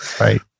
Right